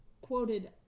quoted